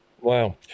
wow